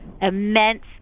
immense